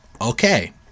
okay